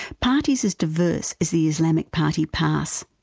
parties as diverse as the islamic party, pas,